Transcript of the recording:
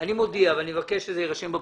ואני מבקש שזה יירשם בפרוטוקול,